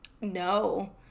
No